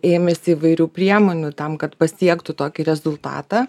ėmėsi įvairių priemonių tam kad pasiektų tokį rezultatą